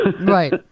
right